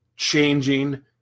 changing